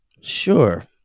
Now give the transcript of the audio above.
Sure